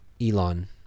Elon